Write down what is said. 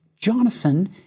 Jonathan